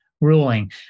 ruling